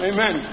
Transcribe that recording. Amen